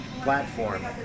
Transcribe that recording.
platform